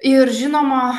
ir žinoma